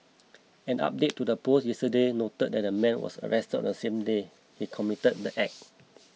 an update to the post yesterday noted that the man was arrested on the same day he committed the act